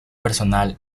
personal